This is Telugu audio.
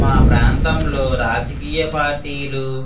మా ప్రాంతంలో రాజకీయ పార్టీలు